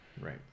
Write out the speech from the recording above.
Right